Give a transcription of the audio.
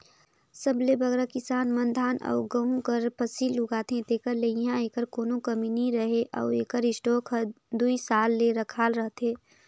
सबले बगरा किसान मन धान अउ गहूँ कर फसिल उगाथें तेकर ले इहां एकर कोनो कमी नी रहें अउ एकर स्टॉक हर दुई साल ले रखाल रहथे